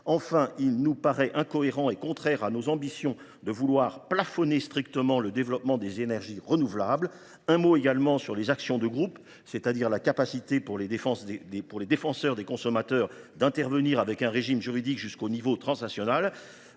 Enfin, il nous paraît incohérent et contraire à nos ambitions de vouloir plafonner strictement le développement des énergies renouvelables. Je dirai un mot également sur les actions de groupe, c’est à dire sur la capacité pour les défenseurs des consommateurs d’intervenir avec un régime juridique jusqu’au niveau transnational.